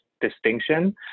distinction